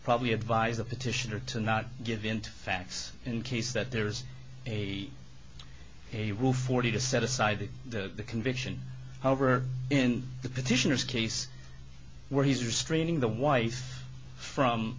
probably advise the petitioner to not give in to facts in case that there is a a rule forty to set aside the conviction however in the petitioner's case where he's restraining the wife from